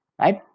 right